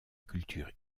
culture